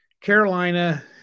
Carolina